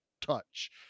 touch